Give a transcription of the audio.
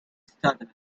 stutters